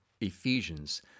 Ephesians